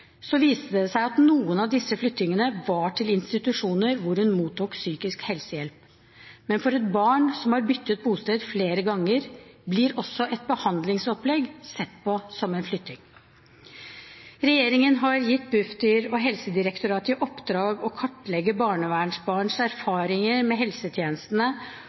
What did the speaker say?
Så viste det seg at noen av disse flyttingene var til institusjoner hvor hun mottok psykisk helsehjelp. Men for et barn som har byttet bosted flere ganger, blir også et behandlingsopplegg sett på som en flytting. Regjeringen har gitt Bufdir og Helsedirektoratet i oppdrag å kartlegge barnevernsbarns erfaringer med